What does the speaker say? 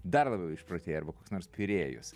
dar labiau išprotėję arba koks nors pirėjus